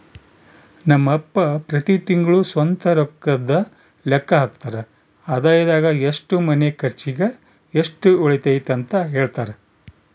ನಮ್ ಅಪ್ಪ ಪ್ರತಿ ತಿಂಗ್ಳು ಸ್ವಂತ ರೊಕ್ಕುದ್ ಲೆಕ್ಕ ಹಾಕ್ತರ, ಆದಾಯದಾಗ ಎಷ್ಟು ಮನೆ ಕರ್ಚಿಗ್, ಎಷ್ಟು ಉಳಿತತೆಂತ ಹೆಳ್ತರ